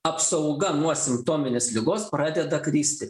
apsauga nuo simptominės ligos pradeda kristi